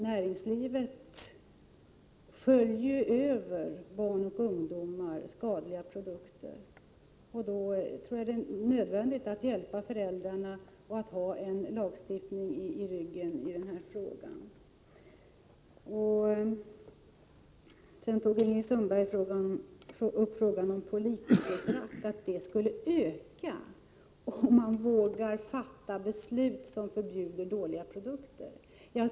Näringslivet sköljer över barn och ungdomar med skadliga produkter. Det är då nödvändigt att hjälpa föräldrarna med en lagstiftning. Ingrid Sundberg trodde att politikerföraktet skulle öka, om riksdagen fattar ett beslut om att förbjuda dåliga produkter.